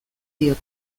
diot